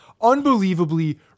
Unbelievably